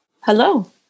Hello